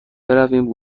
برویم